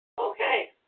Okay